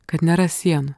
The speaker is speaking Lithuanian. kad nėra sienų